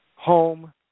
home